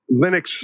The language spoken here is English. Linux